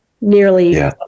nearly